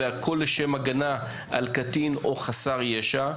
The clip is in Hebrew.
והכל לשם הגנה על קטין או חסר ישע,